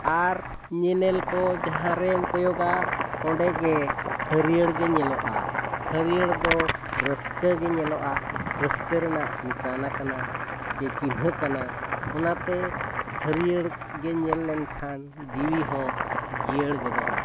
ᱟᱨ ᱧᱮᱱᱮᱞᱠᱚ ᱡᱟᱦᱟᱸᱨᱮᱢ ᱠᱚᱭᱚᱜᱟ ᱚᱸᱰᱮᱜᱮ ᱦᱟᱹᱨᱭᱟᱹᱲᱜᱮ ᱧᱮᱞᱚᱜᱼᱟ ᱦᱟᱹᱨᱭᱟᱹᱲᱫᱚ ᱨᱟᱹᱥᱠᱟᱹᱜᱮ ᱧᱮᱞᱚᱜᱼᱟ ᱨᱟᱹᱥᱠᱟᱹ ᱨᱮᱱᱟᱜ ᱱᱤᱥᱟᱱᱟ ᱠᱟᱱᱟ ᱥᱮ ᱪᱤᱱᱦᱟᱹ ᱠᱟᱱᱟ ᱚᱱᱟᱛᱮ ᱦᱟᱹᱨᱭᱟᱹᱲᱜᱮ ᱧᱮᱞ ᱞᱮᱱᱠᱷᱟᱱ ᱡᱤᱣᱤᱦᱚᱸ ᱡᱤᱭᱟᱹᱲ ᱜᱚᱫᱚᱜᱼᱟ